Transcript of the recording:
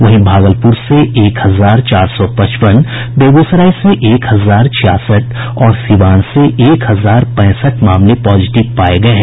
वहीं भागलपुर से एक हजार चार सौ पचपन बेगूसराय से एक हजार छियासठ और सिवान से एक हजार पैंसठ मामले पॉजिटिव पाये गये हैं